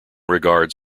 regards